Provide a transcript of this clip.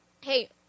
hey